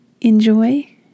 Enjoy